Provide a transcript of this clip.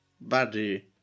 Buddy